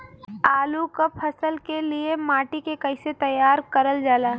आलू क फसल के लिए माटी के कैसे तैयार करल जाला?